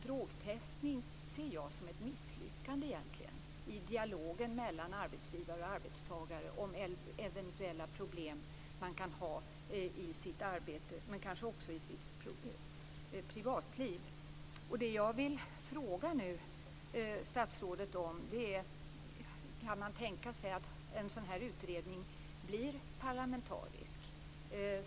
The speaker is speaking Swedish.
Drogtestning ser jag egentligen som ett misslyckande i dialogen mellan arbetsgivare och arbetstagare om eventuella problem man kan ha i sitt arbete men kanske också i sitt privatliv. Det jag vill fråga statsrådet är: Kan man tänka sig att en sådan här utredning blir parlamentarisk?